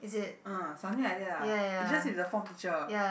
um something like that lah it's just is the form teacher